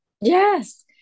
Yes